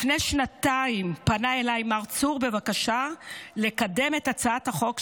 לפני שנתיים פנה אליי מר צור בבקשה לקדם את הצעת החוק,